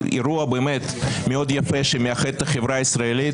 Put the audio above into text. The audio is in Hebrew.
אירוע באמת מאוד יפה שמאחד את החברה הישראלית.